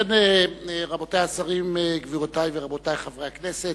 רבותי השרים, גבירותי ורבותי חברי הכנסת,